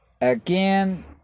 Again